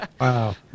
Wow